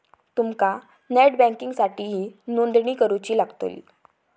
तुमका नेट बँकिंगसाठीही नोंदणी करुची लागतली